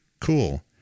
cool